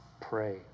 pray